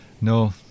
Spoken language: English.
no